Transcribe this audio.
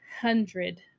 hundred